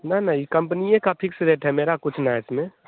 नहीं नहीं ई कंपनिए का फिक्स्ट रेट है मेरा कुछ ना है इसमें